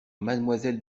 mademoiselle